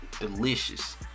delicious